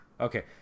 okay